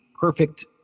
perfect